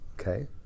Okay